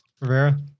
Rivera